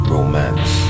romance